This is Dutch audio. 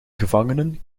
gevangenen